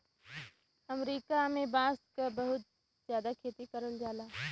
अमरीका में बांस क बहुत जादा खेती करल जाला